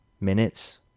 minutes